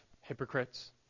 hypocrites